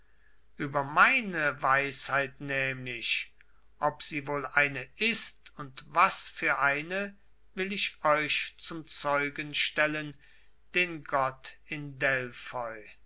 über meine weisheit nämlich ob sie wohl eine ist und was für eine will ich euch zum zeugen stellen den gott in delphoi